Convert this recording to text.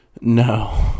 No